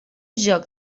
joc